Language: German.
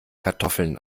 kartoffeln